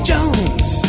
Jones